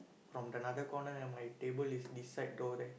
from another corner my table is this side toward there